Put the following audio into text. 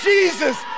Jesus